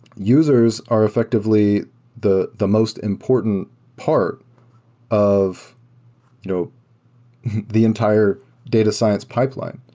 users are effectively the the most important part of you know the entire data science pipeline.